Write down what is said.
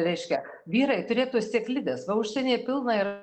reiškia vyrai turėtų sėklides va užsienyje pilna yra